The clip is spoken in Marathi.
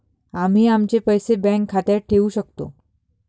आम्ही आमचे पैसे बँक खात्यात ठेवू शकतो